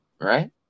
right